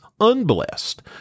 unblessed